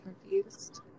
confused